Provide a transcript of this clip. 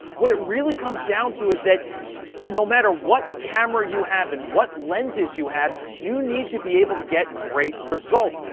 what it really comes down to is that no matter what camera you have and what lenses you have, you need to be able to get great results.